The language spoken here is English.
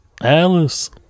Alice